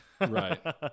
Right